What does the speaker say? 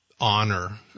honor